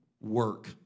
work